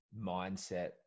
mindset